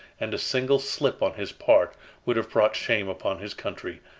and a single slip on his part would have brought shame upon his country,